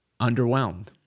underwhelmed